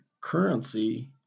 currency